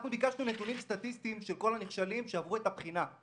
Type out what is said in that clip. אנחנו ביקשנו נתונים סטטיסטיים של כל הנכשלים שעברו את הבחינה.